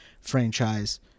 franchise